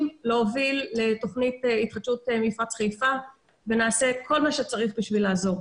להוביל לתכנית התחדשות מפרץ חיפה ונעשה את כל מה שצריך כדי לעזור.